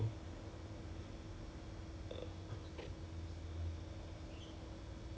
oh g~ but then in Singapore can they tax when you are overseas 的 pay